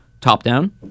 top-down